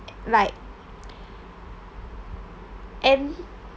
like and